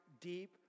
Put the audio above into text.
deep